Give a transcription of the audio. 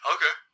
Okay